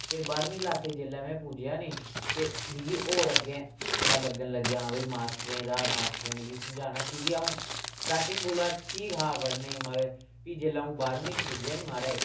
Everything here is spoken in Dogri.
ते बाह्रमीं क्लासै च जेल्लै में पुज्जेआ नी ते मिगी होर अग्गें पता लग्गन लग्गेआ हां भाई मास्टरें दा मास्टरें मिगी समझाना कि के अ'ऊं स्टाटिंग कोला ठीक हा पढ़ने गी मतलब फ्ही जेल्लै अ'ऊं बाह्रमीं च पुज्जेआ नी महाराज